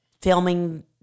filming